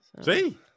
See